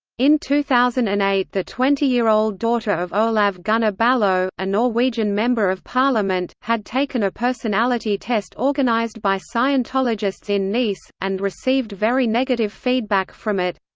in two thousand and eight the twenty year old daughter of olav gunnar ballo, a norwegian member of parliament, had taken a personality test organized by scientologists in nice, and received very negative feedback from it.